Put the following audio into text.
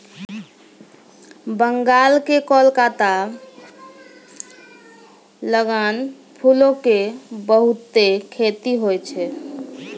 बंगाल के कोलकाता लगां फूलो के बहुते खेती होय छै